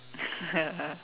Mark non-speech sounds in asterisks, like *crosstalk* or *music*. *laughs*